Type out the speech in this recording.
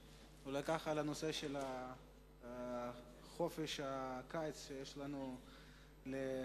אולי תדבר על חופשת הקיץ של ילדינו,